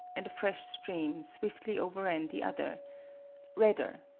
and a fresh stream swiftly overran the other redder,